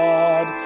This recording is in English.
God